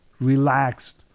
relaxed